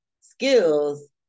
skills